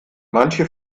manche